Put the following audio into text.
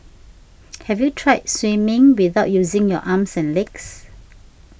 have you tried swimming without using your arms and legs